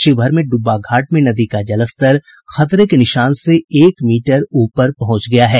शिवहर में डुब्बा घाट में नदी का जलस्तर खतरे के निशान से एक मीटर ऊपर पहुंच गया है